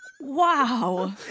Wow